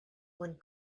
one